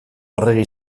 arregi